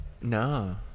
No